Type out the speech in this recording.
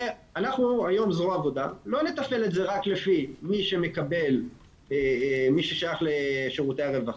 היום זרוע העבודה לא מתפעלת את זה רק לפי מי ששייך לשירותי הרווחה,